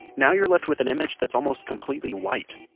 now you're left with an image that's almost completely white.